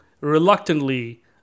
reluctantly